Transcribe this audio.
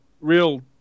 real